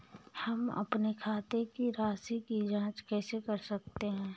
हम अपने खाते की राशि की जाँच कैसे कर सकते हैं?